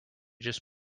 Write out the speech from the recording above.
just